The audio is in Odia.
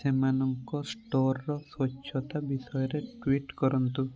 ସେମାନଙ୍କ ଷ୍ଟୋର୍ର ସ୍ୱଚ୍ଛତା ବିଷୟରେ ଟ୍ୱିଟ୍ କରନ୍ତୁ